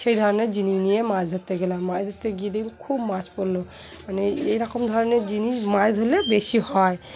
সেই ধরনের জিনিস নিয়ে মাছ ধরতে গেলাম মাছ ধরতে গিয়ে খুব মাছ পড়লো মানে এইরকম ধরনের জিনিস মাছ ধরলে বেশি হয়